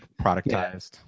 productized